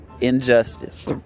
Injustice